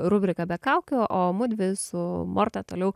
rubriką be kaukių o mudvi su morta toliau